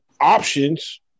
options